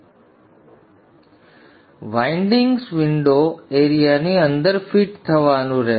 હવે windings window એરિયાની અંદર ફિટ થવાનું રહેશે